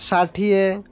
ଷାଠିଏ